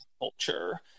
culture